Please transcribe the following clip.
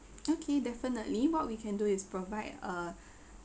okay definitely what we can do is provide uh